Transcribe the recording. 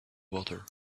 water